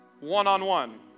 one-on-one